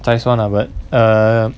再算 lah but err